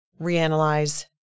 reanalyze